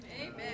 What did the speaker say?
Amen